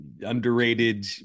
Underrated